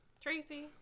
Tracy